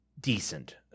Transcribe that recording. decent